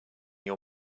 your